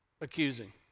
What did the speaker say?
accusing